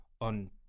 on